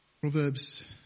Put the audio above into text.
Proverbs